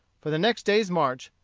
for the next day's march,